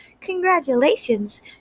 Congratulations